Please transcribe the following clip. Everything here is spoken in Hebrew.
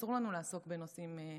אסור לנו לעסוק בנושאים נוספים,